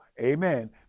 amen